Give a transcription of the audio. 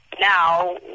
now